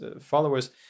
followers